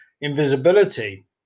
invisibility